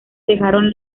dejaron